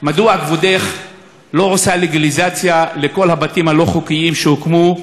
מדוע כבודך לא עושה לגליזציה לכל הבתים הלא-חוקיים שהוקמו,